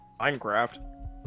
Minecraft